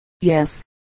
yes